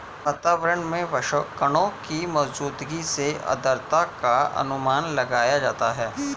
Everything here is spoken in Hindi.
वातावरण में वाष्पकणों की मौजूदगी से आद्रता का अनुमान लगाया जाता है